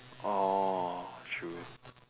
orh true